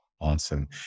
Awesome